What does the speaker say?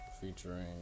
featuring